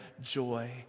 joy